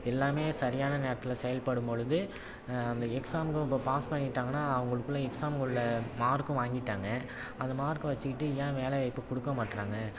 எல்லாமே சரியான நேரத்தில் செயல்படும் பொழுது அந்த எக்ஸாமுக்கும் இப்போ பாஸ் பண்ணிவிட்டாங்கன்னா அவங்களுக்குள்ள எக்ஸாமுக்குள்ளே மார்க்கும் வாங்கிவிட்டாங்க அந்த மார்க்கை வச்சுக்கிட்டு ஏன் வேலைவாய்ப்பு கொடுக்க மாட்டுறாங்க